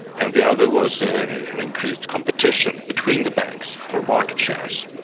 and the other was ah an increased competition between the banks for market shares.